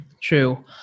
True